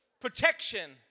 protection